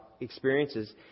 experiences